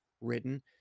written